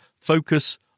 Focus